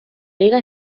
liga